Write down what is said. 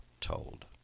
told